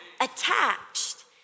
attached